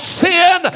sin